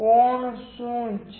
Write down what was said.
કોણ શું છે